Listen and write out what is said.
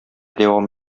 дәвам